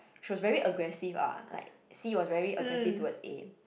she was very aggressive ah like C was very aggressive towards A